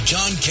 John